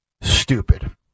Stupid